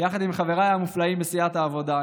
יחד עם חבריי המופלאים בסיעת העבודה,